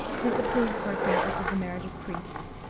disapproved, for example, of the marriage of priests,